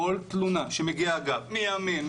כל תלונה שמגיעה גם מימין,